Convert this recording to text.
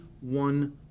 one